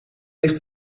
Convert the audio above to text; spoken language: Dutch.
ligt